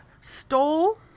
stole